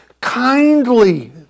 kindly